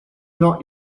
not